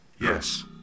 yes